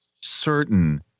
certain